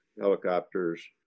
helicopters